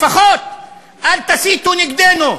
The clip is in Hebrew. לפחות אל תסיתו נגדנו.